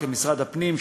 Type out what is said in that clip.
כמשרד הפנים,